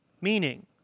Meaning